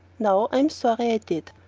now i'm sorry i did.